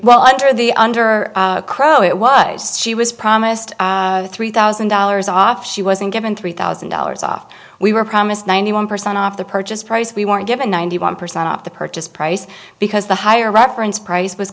well under the under crow it was she was promised three thousand dollars off she wasn't given three thousand dollars off we were promised ninety one percent off the purchase price we were given ninety one percent off the purchase price because the higher